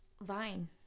Vine